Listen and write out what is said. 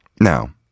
Now